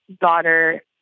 daughter